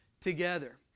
together